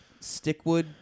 stickwood